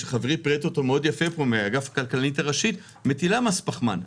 שחברי מאגף הכלכלנית הראשית פירט מאוד יפה מטילה מס פחמן,